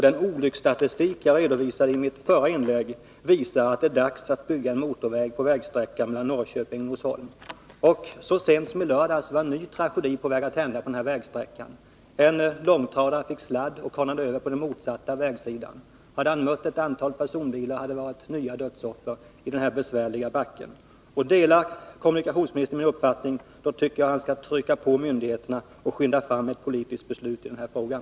Den olycksstatistik som jag redovisade i mitt förra inlägg visar att det är dags att bygga en motorväg på vägsträckan mellan Norrköping och Norsholm. Så sent som i lördags var en ny tragedi på väg att hända på denna vägsträcka. En långtradare fick sladd och kanade över på den motsatta vägsidan. Hade långtradaren mött ett antal personbilar, hade det blivit flera dödsoffer i denna besvärliga backe. Delar kommunikationsministern min uppfattning, tycker jag att han skall utöva påtryckningar på myndigheterna för att få fram ett politiskt beslut i den här frågan.